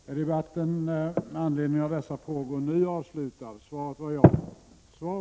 Sverige har sannolikt världens dyraste skola, men det kan i hög grad ifrågasättas om vi har den bästa.